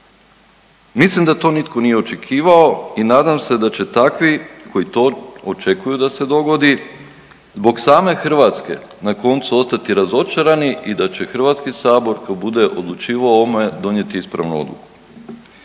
mislim da to nitko nije očekivao i nadam se da će takvi koji to očekuju da se dogodi zbog same Hrvatske na koncu ostati razočarani i da će Hrvatski sabor kada bude odlučivao o ovome donijeti ispravnu odluku.